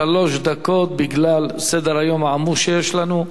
שלוש דקות, בגלל סדר-היום העמוס שיש לנו.